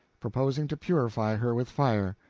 proposing to purify her with fire.